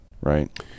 right